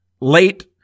late